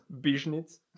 business